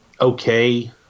okay